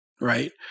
Right